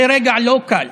זה רגע לא קל